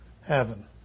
heaven